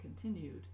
continued